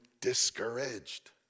discouraged